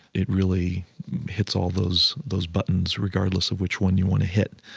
it really hits all those those buttons, regardless of which one you want to hit.